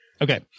Okay